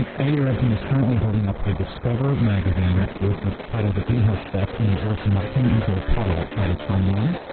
and andy revkin is currently holding up a discover magazine with the title the greenhouse effect, and the earth melting into a puddle, that is from when?